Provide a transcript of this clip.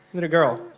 that girl.